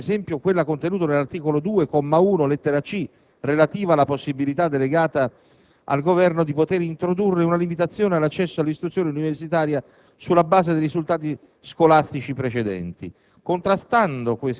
alcune previsioni, come ad esempio quella contenuta nell'articolo 2, comma 1, lettera *c)*, relativa alla possibilità, delegata al Governo, di poter introdurre una limitazione all'accesso all'istruzione universitaria sulla base dei risultati